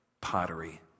pottery